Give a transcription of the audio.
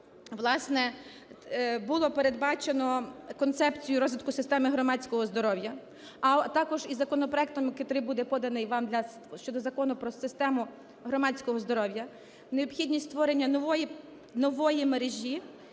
Власне, було передбачено концепцію розвитку системи громадського здоров'я, а також і законопроектом, котрий буде поданий вам щодо Закону про систему громадського здоров'я, необхідність створення нової мережі